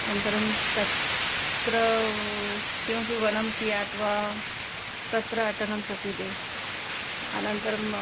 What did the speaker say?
अनन्तरं तत्र किमपि वनं स्यात् वा तत्र अटनं शक्यते अनन्तरम्